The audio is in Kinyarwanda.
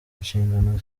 inshingano